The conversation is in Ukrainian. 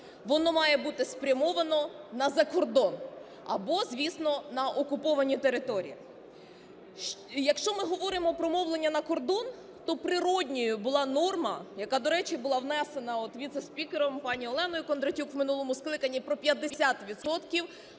воно має бути спрямовано на закордон або, звісно, на окуповані території. Якщо ми говоримо про мовлення на кордон, то природною була норма, яка, до речі, була внесена от віце-спікером пані Оленою Кондратюк у минуло скликанні, про 50